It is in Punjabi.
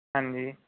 ਹਾਂਜੀ